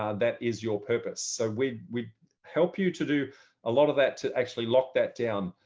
um that is your purpose. so we we help you to do a lot of that to actually lock that down.